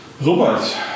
Robert